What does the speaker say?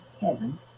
heaven